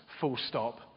full-stop